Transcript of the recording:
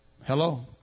Hello